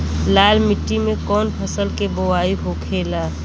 लाल मिट्टी में कौन फसल के बोवाई होखेला?